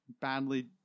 badly